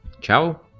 Ciao